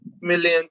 million